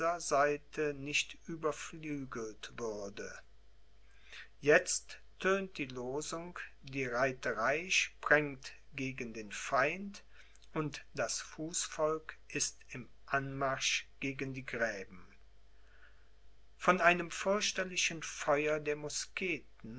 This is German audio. seite nicht überflügelt würde jetzt tönt die losung die reiterei sprengt gegen den feind und das fußvolk ist im anmarsch gegen die gräben von einem fürchterlichen feuer der